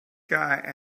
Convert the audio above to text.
guy